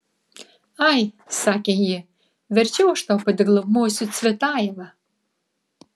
ai sakė ji verčiau aš tau padeklamuosiu cvetajevą